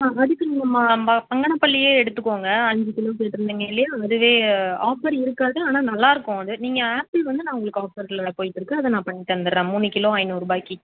ஆ அதுக்கு நீங்கள் ம ப பங்கனப்பள்ளியே எடுத்துக்கோங்க அஞ்சு கிலோ கேட்டிருந்திங்க இல்லையா அதுவே ஆஃபர் இருக்காது ஆனால் நல்லாயிருக்கும் அது நீங்கள் ஆப்பிள் வந்து நான் உங்களுக்கு ஆஃபரில் போய்கிட்டுருக்கு அதை நான் அதை பண்ணித் தந்துடுறேன் மூணு கிலோ ஐந்நூறுரூபாய்க்கி